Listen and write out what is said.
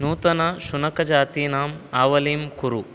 नूतन शुनकजातीनाम् आवलीं कुरु